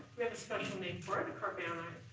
special name for it, and carbanion.